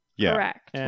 Correct